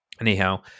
Anyhow